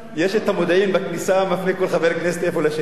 מודיעין בכניסה, מפנה כל חבר כנסת איפה לשבת.